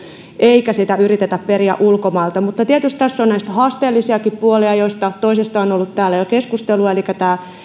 eikä sitä yritetä periä ulkomailta mutta tietysti tässä on näitä haasteellisiakin puolia joista toisesta on ollut täällä jo keskustelua elikkä tämä